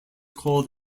called